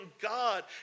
God